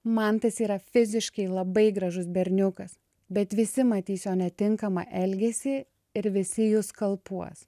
mantas yra fiziškai labai gražus berniukas bet visi matys jo netinkamą elgesį ir visi jus skalpuos